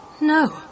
No